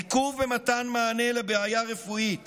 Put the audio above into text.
עיכוב במתן מענה לבעיה רפואית